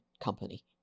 company